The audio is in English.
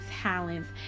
talents